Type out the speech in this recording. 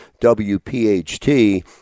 WPHT